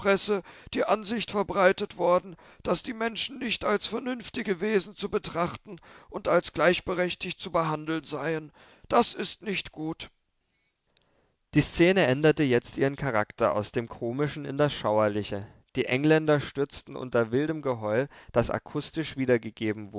die ansicht verbreitet worden daß die menschen nicht als vernünftige wesen zu betrachten und als gleichberechtigt zu behandeln seien das ist nicht gut die szene änderte jetzt ihren charakter aus dem komischen in das schauerliche die engländer stürzten unter wildem geheul das akustisch